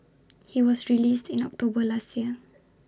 he was released in October last year